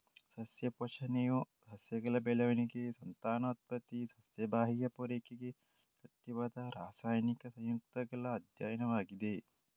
ಸಸ್ಯ ಪೋಷಣೆಯು ಸಸ್ಯಗಳ ಬೆಳವಣಿಗೆ, ಸಂತಾನೋತ್ಪತ್ತಿ, ಸಸ್ಯ ಬಾಹ್ಯ ಪೂರೈಕೆಗೆ ಅಗತ್ಯವಾದ ರಾಸಾಯನಿಕ ಸಂಯುಕ್ತಗಳ ಅಧ್ಯಯನವಾಗಿದೆ